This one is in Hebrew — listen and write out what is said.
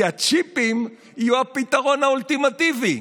כי הצ'יפים יהיו הפתרון האולטימטיבי.